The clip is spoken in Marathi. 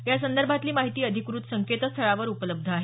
यासंदर्भातली माहिती अधिकृत संकेतस्थळावर उपलब्ध आहे